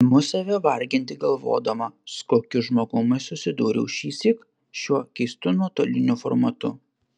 imu save varginti galvodama su kokiu žmogumi susidūriau šįsyk šiuo keistu nuotoliniu formatu